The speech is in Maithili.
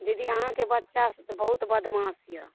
दीदी अहाँके बच्चा सब तऽ बहुत बदमास यऽ